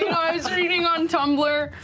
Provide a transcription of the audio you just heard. i was reading on tumblr,